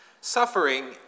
Suffering